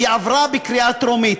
והיא עברה בקריאה טרומית.